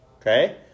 Okay